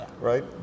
right